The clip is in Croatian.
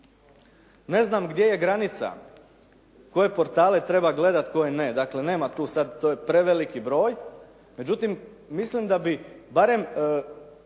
Ne znam gdje je granica koje portale treba gledati, koje ne. Dakle, nema tu sad to je preveliki broj. Međutim, mislim da bi barem